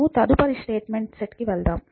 మనం తదుపరి స్టేట్మెంట్ల సెట్ కి వెళ్దాం